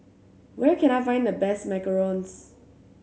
where can I find the best macarons